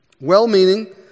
Well-meaning